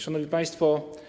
Szanowni Państwo!